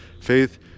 faith